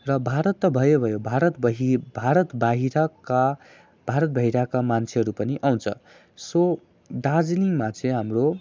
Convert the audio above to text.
र भारत त भयो भयो भारत बाहि भारत बाहिरका भारत बाहिरका मान्छेहरू पनि आउँछ सो दार्जिलिङमा चाहिँ हाम्रो